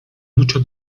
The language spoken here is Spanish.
mucho